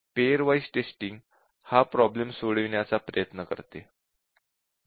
pair wise testing हा problem सोडविण्याचा प्रयत्न करते